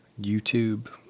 YouTube